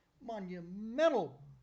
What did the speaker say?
monumental